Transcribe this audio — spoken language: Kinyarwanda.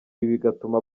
bigatuma